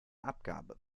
abgabe